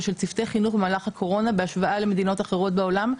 ושל צוותי חינוך במהלך הקורונה בהשוואה למדינות אחרות בעולם.